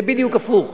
זה בדיוק הפוך.